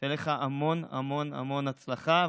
שיהיה לך המון המון הצלחה.